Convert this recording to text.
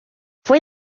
fue